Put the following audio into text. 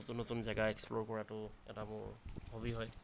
নতুন নতুন জাগা এক্সপ্ল'ৰ কৰাতো এটা মোৰ হবি হয়